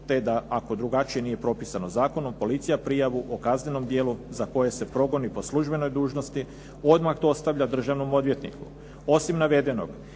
te da ako drugačije nije propisano zakonom policija prijavu o kaznenom djelu za koje se progoni po službenoj dužnosti odmah to ostavlja državnom odvjetniku. Osim navedenog